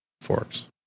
forks